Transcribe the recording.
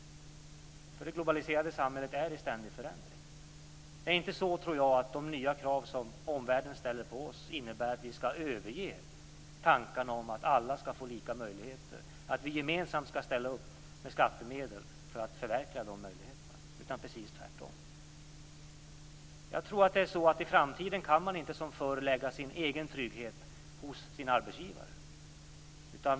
Det globaliserade samhället är i ständig förändring. Det är inte så, tror jag, att de nya krav som omvärlden ställer på oss innebär att vi skall överge tankarna om att alla skall få lika möjligheter och att vi gemensamt skall ställa upp med skattemedel för att förverkliga de möjligheterna, utan precis tvärtom. Jag tror att man i framtiden inte som förr kan lägga sin egen trygghet hos sin arbetsgivare.